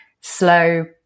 slow